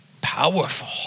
Powerful